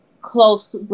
close